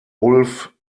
ulf